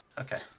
Okay